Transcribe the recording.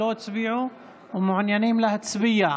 שלא הצביעו ומעוניינים להצביע?